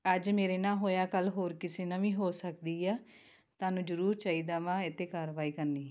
ਅੱਜ ਮੇਰੇ ਨਾਲ ਹੋਇਆ ਕੱਲ੍ਹ ਹੋਰ ਕਿਸੇ ਨਾਲ ਵੀ ਹੋ ਸਕਦੀ ਆ ਤੁਹਾਨੂੰ ਜ਼ਰੂਰ ਚਾਹੀਦਾ ਵਾਂ ਇਹ 'ਤੇ ਕਾਰਵਾਈ ਕਰਨੀ